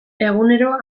egunero